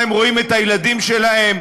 כמה הם רואים את הילדים שלהם,